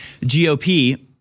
gop